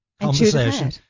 Conversation